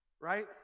right